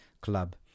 club